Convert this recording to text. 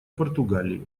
португалии